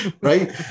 Right